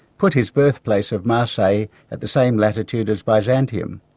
put his birthplace of marseille at the same latitude as byzantium.